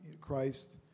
Christ